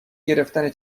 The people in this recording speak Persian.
گرفتن